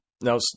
Now